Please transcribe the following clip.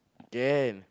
can